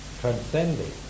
transcending